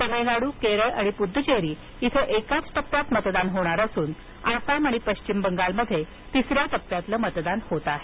तमिळनाडू केरळ आणि पुदुच्चेरी इथं एकाच टप्प्यात मतदान होणार असून आसाम आणि पश्चिम बंगालमध्ये तिसऱ्या टप्प्यातील मतदान होत आहे